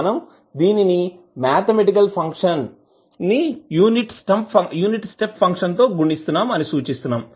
మనం దీనిని మాథెమటికల్ గా ఫంక్షన్ ని యూనిట్ స్టెప్ ఫంక్షన్ తో గుణిస్తున్నాం అని సూచిస్తున్నాం